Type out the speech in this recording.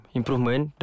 improvement